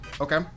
Okay